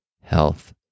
health